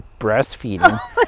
breastfeeding